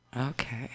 Okay